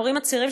ההורים הצעירים,